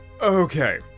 okay